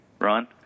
Ron